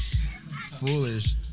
Foolish